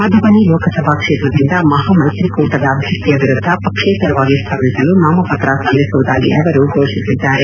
ಮಧುಬನಿ ಲೋಕಸಭಾ ಕ್ಷೇತ್ರದಿಂದ ಮಹಾಮ್ಸೆತ್ರಿಕೂಟದ ಅಭ್ಲರ್ಥಿಯ ವಿರುದ್ದ ಪಕ್ಷೇತರವಾಗಿ ಸ್ವರ್ಧಿಸಲು ನಾಮಪತ್ರ ಸಲ್ಲಿಸುವುದಾಗಿ ಅವರು ಘೋಷಿಸಿದ್ದಾರೆ